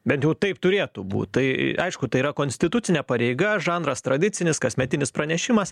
bent jau taip turėtų būt tai aišku tai yra konstitucinė pareiga žanras tradicinis kasmetinis pranešimas